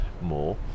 more